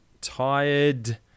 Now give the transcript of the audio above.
tired